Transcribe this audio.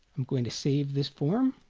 i'm going to save this form